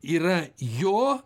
yra jo